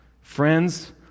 Friends